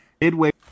Midway